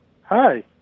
hi